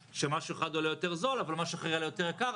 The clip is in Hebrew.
שמשהו אחד עולה יותר זול אבל משהו אחר יעלה יותר יקר.